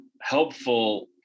helpful